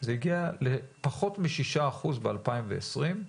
זה הגיע לפחות משישה אחוז ב-2020,